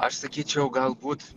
aš sakyčiau galbūt